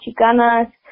Chicanas